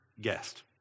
guest